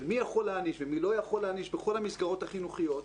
של מי יכול להעניש ומי לא יכול להעניש בכל המסגרות החינוכיות,